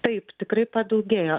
taip tikrai padaugėjo